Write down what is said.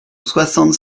soixante